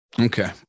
Okay